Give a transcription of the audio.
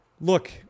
look